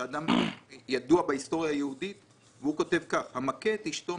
אדם ידוע בהיסטוריה היהודית והוא כותב כך: המכה את אשתו,